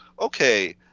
okay